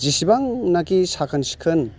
जेसेबांनाखि साखोन सिखोन